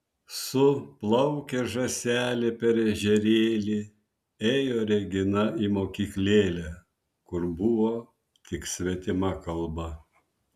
su plaukė žąselė per ežerėlį ėjo regina į mokyklėlę kur buvo tik svetima kalba